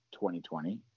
2020